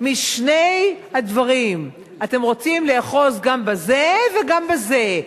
משני הדברים, אתם רוצים לאחוז גם בזה וגם בזה.